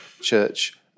church